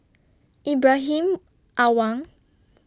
Ibrahim Awang